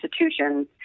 institutions